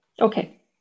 okay